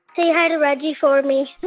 say hi to reggie for me